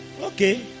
Okay